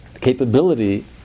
capability